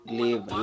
live